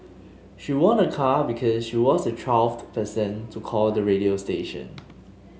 she won a car because she was the twelfth person to call the radio station